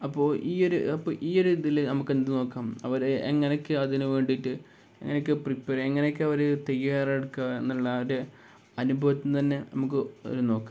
അപ്പോള് അപ്പോള് ഈയൊരു ഇതില് നമുക്കെന്ത് നോക്കാം അവര് എങ്ങനെയൊക്കെയാണ് അതിന് വേണ്ടിയിട്ട് എങ്ങനെയൊക്കെയാണ് പ്രിപ്പയർ എങ്ങനെയൊക്കെയാണ് അവര് തയ്യാറെടുക്കുകയെന്നുള്ളത് അവരുടെ അനുഭവത്തില് നിന്നുതന്നെ നമുക്ക് നോക്കാം